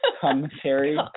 commentary